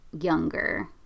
younger